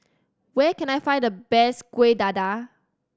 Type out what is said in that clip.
where can I find the best Kueh Dadar